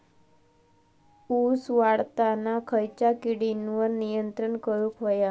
ऊस वाढताना खयच्या किडींवर नियंत्रण करुक व्हया?